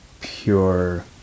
pure